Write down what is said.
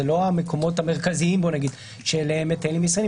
אלה לא המקומות המרכזיים שאליהם מטיילים ישראלים.